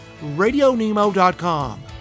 RadioNemo.com